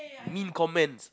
mean comments